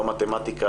לא מתמטיקה,